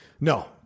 No